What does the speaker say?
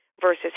versus